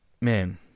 Man